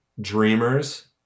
dreamers